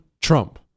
Trump